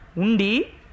undi